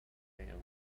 likely